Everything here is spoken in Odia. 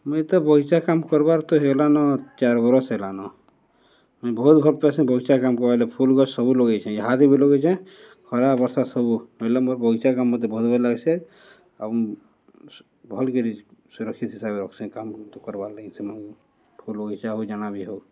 ମୁଇଁ ତ ବଗିଚା କାମ୍ କର୍ବାର୍ ତ ହେଲାନ ଚାର୍ ବର୍ଷ ହେଲାନ ମୁଇଁ ବହୁତ୍ ଭଲପାଏସିଁ ବଗିଚା କାମ୍ କରବାଲାଗି ଫୁଲ୍ ଗଛ୍ ସବୁ ଲଗେଇଛେଁ ଇହାଦେ ବି ଲଗେଇଚେଁ ଖରା ବର୍ଷା ସବୁ ନହଲେ ମୋର୍ ବଗିଚା କାମ୍ ମତେ ବହୁତ୍ ଭଲ୍ ଲାଗ୍ସି ଆଉ ମୁଁ ଭଲ୍ କରି ସୁରକ୍ଷିତ୍ ହିସାବେ ରଖ୍ସିଁ କାମ୍ ତ କର୍ବାର୍ ଲାଗି ସେ ଫୁଲ୍ ବଗିଚା ହଉ ଜଣା ବି ହଉ